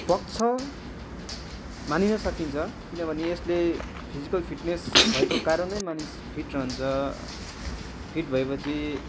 पक्ष मानिन सकिन्छ किनभने यसले फिजिकल फिटनेस भएको कारण नै मानिस फिट रहन्छ फिट भएपछि